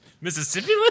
Mississippi